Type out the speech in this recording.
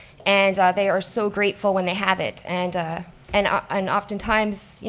and ah they are so grateful when they have it, and and ah and oftentimes,